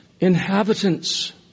inhabitants